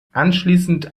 anschließend